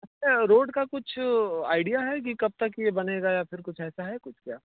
अच्छा रोड का कुछ आईडिया है कि कब तक ये बनेगा या फिर कुछ ऐसा है कुछ क्या